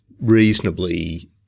reasonably